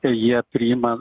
jie priima